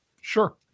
Sure